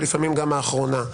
ולפעמים גם האחרונה,